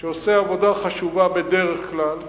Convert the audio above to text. שעושה עבודה חשובה בדרך כלל.